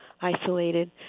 isolated